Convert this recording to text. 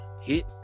hit